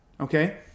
okay